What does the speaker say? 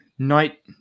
night